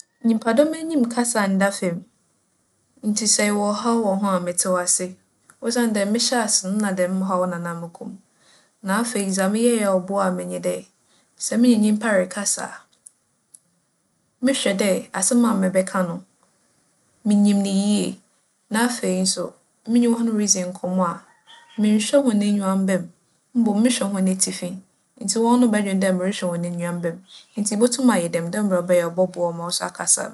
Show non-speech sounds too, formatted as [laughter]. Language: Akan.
Nyimpadͻm enyim kasa nnda famu, ntsi sɛ ewͻ ͻhaw wͻ ho a metse wo ase, osiandɛ mehyɛɛ ase no nna dɛm haw no na nna mokͻ mu. Na afei dza meyɛe a ͻboaa me nye dɛ, sɛ menye nyimpa rekasa a, mohwɛ dɛ asɛm a mebɛka no, minyim no yie. Na afei so, menye hͻn ridzi nkͻmbͻ a, [noise] monnhwɛ hͻn enyiwamba mu mbom mohwɛ hͻn etsifi. Ntsi hͻn no bͻdwen dɛ morohwɛ hͻn enyiwamba mu. Ntsi ibotum ayɛ dɛm, dɛ mbrɛ ͻbɛyɛ a ͻbͻboa wo ma wo so akasa.